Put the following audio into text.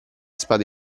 spade